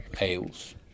ales